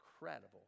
incredible